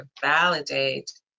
validate